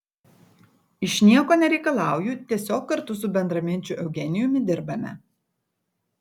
iš nieko nereikalauju tiesiog kartu su bendraminčiu eugenijumi dirbame